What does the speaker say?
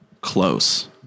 close